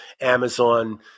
Amazon